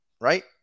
right